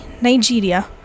Nigeria